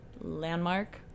landmark